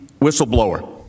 whistleblower